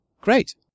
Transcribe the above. Great